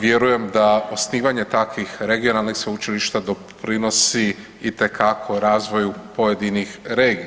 Vjerujem da osnivanje takvih regionalnih sveučilišta doprinosi itekako razvoju pojedinih regija.